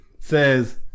says